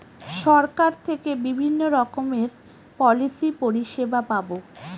সরকার থেকে বিভিন্ন রকমের পলিসি পরিষেবা পাবো